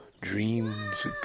dreams